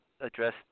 address